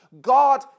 God